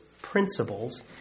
principles